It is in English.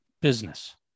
business